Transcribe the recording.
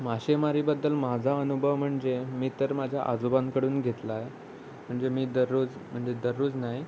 मासेमारीबद्दल माझा अनुभव म्हणजे मी तर माझ्या आजोबांकडून घेतला आहे म्हणजे मी दररोज म्हणजे दररोज नाही